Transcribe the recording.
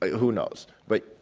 who knows? but,